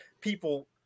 people